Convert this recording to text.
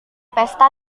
pesta